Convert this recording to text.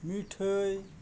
ᱢᱤᱴᱷᱟᱹᱭ